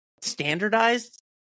standardized